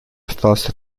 осталось